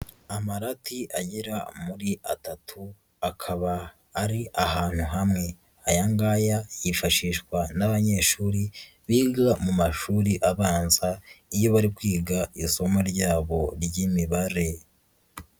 Amarati agera muri atatu, akaba ari ahantu hamwe, aya ngaya yifashishwa n'abanyeshuri biga mu mashuri abanza iyo bari kwiga isomo ry'abo ry'imibare.